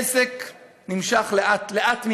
העסק נמשך, לאט מדי,